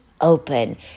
open